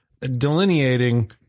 delineating